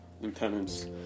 lieutenants